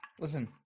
Listen